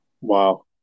Wow